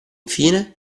fine